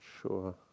sure